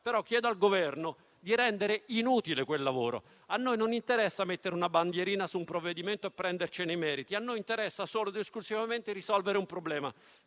ma chiedo al Governo di rendere inutile quel lavoro. A noi non interessa mettere una bandierina su un provvedimento a prendercene i meriti: a noi interessa solo ed esclusivamente risolvere un problema.